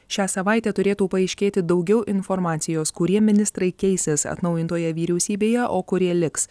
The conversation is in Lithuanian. šią savaitę turėtų paaiškėti daugiau informacijos kurie ministrai keisis atnaujintoje vyriausybėje o kurie liks